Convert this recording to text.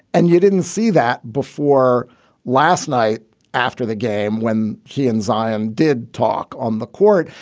and you didn't see that before last night after the game when he and zion did talk on the court.